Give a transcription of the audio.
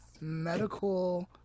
medical